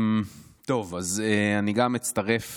אני גם אצטרף